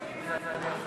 הוצאות